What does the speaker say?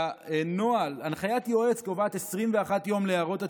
שהנוהל, הנחיית יועץ קובעת 21 יום להערות הציבור,